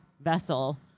vessel